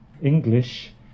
English